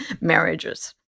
marriages